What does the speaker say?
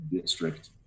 district